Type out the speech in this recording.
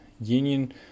Union